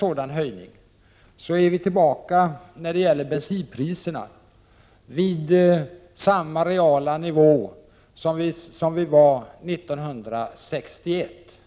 Efter denna höjning är vi när det gäller bensinpriserna tillbaka vid samma reala nivå som 1961.